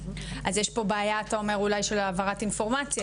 היי, בוקר טוב.